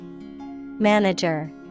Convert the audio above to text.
Manager